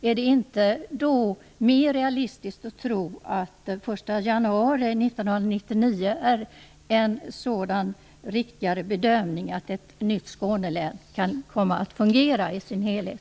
Är det inte mer realistiskt att tro att den 1 januari 1999 är en riktigare bedömning av när ett nytt Skånelän kan komma att fungera i sin helhet?